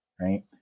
Right